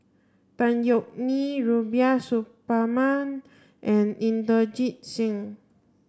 Tan Yeok Nee Rubiah Suparman and Inderjit Singh